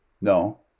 No